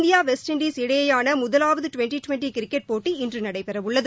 India West Indies இடையேயான முதலாவது twenty twenty cricket போட்டி இன்று நடைபெறவுள்ளது